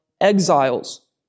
exiles